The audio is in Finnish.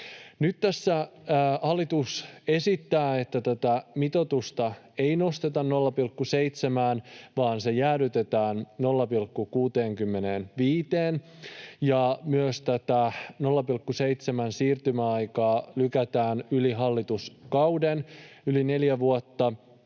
Nyt tässä hallitus esittää, että tätä mitoitusta ei nosteta 0,7:ään vaan se jäädytetään 0,65:een, ja myös tätä 0,7:n siirtymäaikaa lykätään yli hallituskauden, yli neljä vuotta.